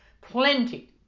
Plenty